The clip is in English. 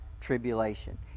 tribulation